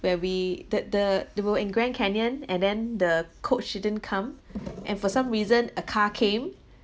where we that the that we were in grand canyon and then the coach didn't come and for some reason a car came